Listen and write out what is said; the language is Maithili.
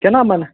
केना मन